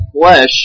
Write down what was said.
flesh